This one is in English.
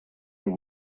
your